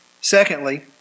Secondly